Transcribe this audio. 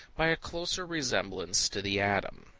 by a closer resemblance to the atom,